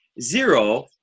zero